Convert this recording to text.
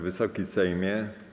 Wysoki Sejmie!